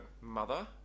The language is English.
mother